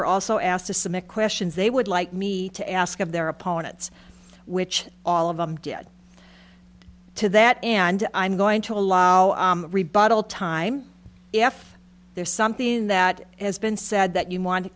are also asked to submit questions they would like me to ask of their opponents which all of them get to that and i'm going to allow rebuttal time if there is something that has been said that you want to